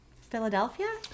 Philadelphia